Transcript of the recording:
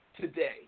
today